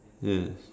yes